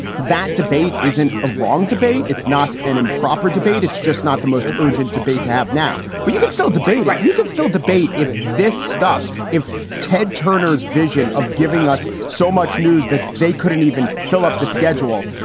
that debate isn't a wrong debate. it's not an improper debate. it's just not the most urgent debate to have now. but you can still debate. but you can still debate. if this stuff if ted turner's vision of giving us so much news that they couldn't even fill up the schedule.